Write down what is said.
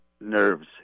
nerves